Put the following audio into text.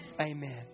Amen